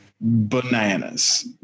bananas